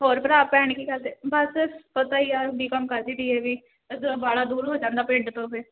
ਹੋਰ ਭਰਾ ਭੈਣ ਕੀ ਕਰਦੇ ਬਸ ਪਤਾ ਹੀ ਆ ਬੀਕੋਮ ਕਰਦੀ ਡੀ ਏ ਵੀ ਇੱਧਰ ਵਾਹਲਾ ਦੂਰ ਹੋ ਜਾਂਦਾ ਪਿੰਡ ਤੋਂ ਫਿਰ